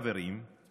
חברים,